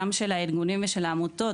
גם של הארגונים ושל העמותות,